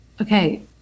okay